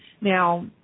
Now